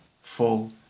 full